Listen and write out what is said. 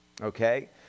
okay